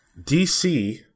DC